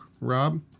Rob